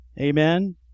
Amen